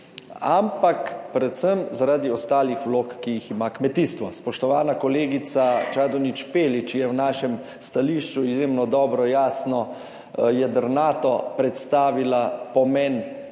ampak predvsem zaradi ostalih vlog, ki jih ima kmetijstvo. Spoštovana kolegica Čadonič Špelič je v našem stališču izjemno dobro, jasno, jedrnato predstavila pomen